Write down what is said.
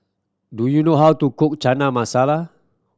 do you know how to cook Chana Masala